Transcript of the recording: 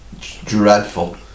dreadful